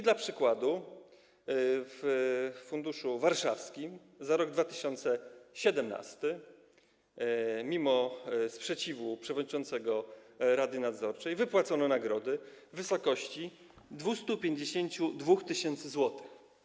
Dla przykładu w funduszu warszawskim za rok 2017 mimo sprzeciwu przewodniczącego rady nadzorczej wypłacono nagrody w wysokości 252 tys. zł.